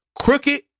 Crooked